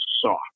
saw